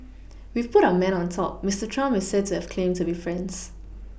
we've put our man on top Mister Trump is said to have claimed to friends